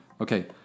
Okay